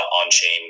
on-chain